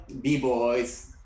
b-boys